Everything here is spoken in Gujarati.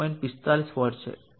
45 વોટ છે